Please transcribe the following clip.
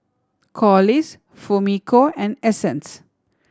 Corliss Fumiko and Essence